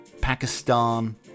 Pakistan